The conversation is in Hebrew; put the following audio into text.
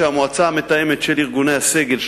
כאשר המועצה המתאמת של ארגוני הסגל של